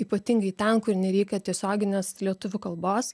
ypatingai ten kur nereikia tiesioginės lietuvių kalbos